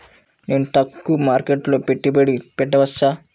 నేను స్టాక్ మార్కెట్లో పెట్టుబడి పెట్టవచ్చా?